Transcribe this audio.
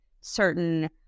certain